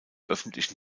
öffentlichen